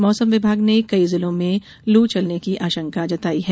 मौसम विभाग ने कई जिलों में लू चलने की आशंका जताई है